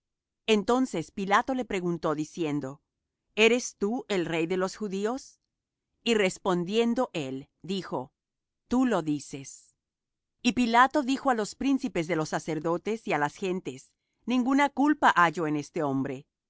entonces pilato le preguntó diciendo eres tú el rey de los judíos y respondiéndo él dijo tú lo dices y pilato dijo á los príncipes de los sacerdotes y á las gentes ninguna culpa hallo en este hombre